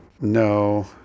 No